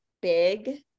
big